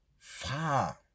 far